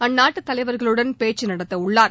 அந்நாட்டு தலைவர்களுடன் பேச்சு நடத்த உள்ளார்